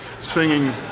singing